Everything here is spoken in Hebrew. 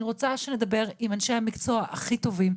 אני רוצה שנדבר עם אנשי המקצוע הכי טובים.